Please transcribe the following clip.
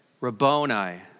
Rabboni